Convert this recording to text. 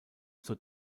zur